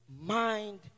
mind